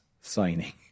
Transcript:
signing